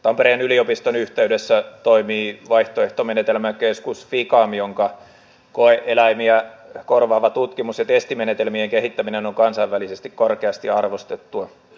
tampereen yliopiston yhteydessä toimii vaihtoehtomenetelmäkeskus ficam jonka koe eläimiä korvaava tutkimus ja testimenetelmien kehittäminen on kansainvälisesti korkeasti arvostettua